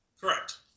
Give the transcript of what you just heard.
Correct